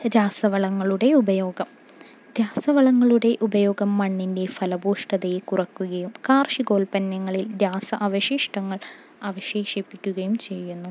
രാസവളങ്ങളുടെ ഉപയോഗം രാാസവളങ്ങളുടെ ഉപയോഗം മണ്ണിൻ്റെ ഫലഭൂയിഷ്ഠതയെ കുറയ്ക്കുകയും കാർഷികോൽപ്പന്നങ്ങളിൽ രാസ അവശിഷ്ടങ്ങൾ അവശേഷിപ്പിക്കുകയും ചെയ്യുന്നു